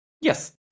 Yes